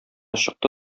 чыкты